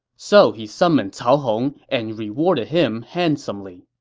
so he summoned cao hong and rewarded him handsomely.